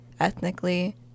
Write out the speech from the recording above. ethnically